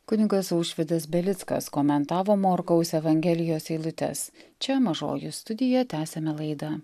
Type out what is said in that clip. kunigas aušvydas belickas komentavo morkaus evangelijos eilutes čia mažoji studija tęsiame laidą